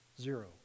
Zero